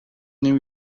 new